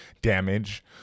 damage